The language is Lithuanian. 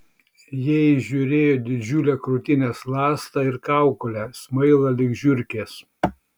jie įžiūrėjo didžiulę krūtinės ląstą ir kaukolę smailą lyg žiurkės